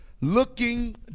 Looking